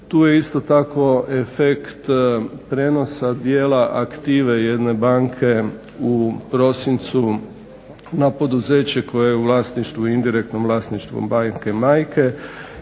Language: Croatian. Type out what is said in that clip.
Tu je isto tako efekt prijenosa dijela aktive jedne banke u prosincu na poduzeće koje je u vlasništvu, indirektnom vlasništvu banke majke